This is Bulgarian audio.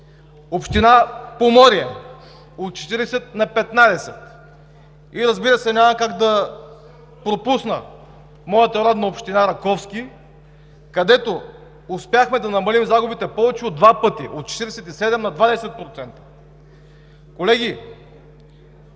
община Поморие от 40% на 15% и, разбира се, няма как да пропусна моята родна община Раковски, където успяхме да намалим загубите повече от два пъти – от 47 на 20%. Колеги,